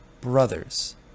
brothers